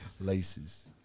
Laces